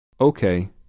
Okay